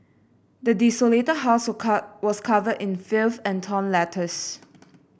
the desolated house were car was covered in filth and torn letters